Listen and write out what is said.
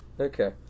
Okay